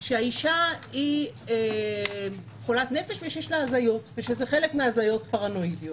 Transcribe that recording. שהאישה חולת נפש ושיש לה הזיות ושזה חלק מהזיות פרנואידיות,